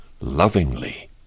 lovingly